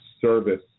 service